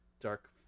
dark